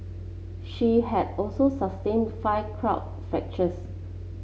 she had also sustained five crowd fractures